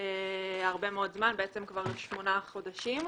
הרבה מאוד זמן, כבר שמונה חודשים,